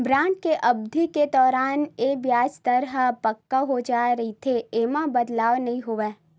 bond के अबधि के दौरान ये बियाज दर ह पक्का हो जाय रहिथे, ऐमा बदलाव नइ होवय